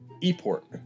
e-port